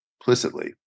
implicitly